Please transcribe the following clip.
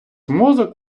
мозок